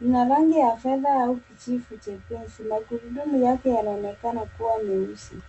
Lina rangi ya fedha au kijivu nyekundu .Magurudumu yake yanaonekana kuwa meusi.